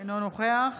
אינו נוכח